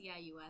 CIUS